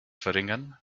verringern